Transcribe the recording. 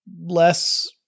less